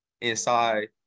inside